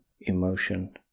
emotion